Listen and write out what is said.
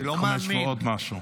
חמש ועוד משהו.